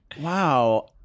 Wow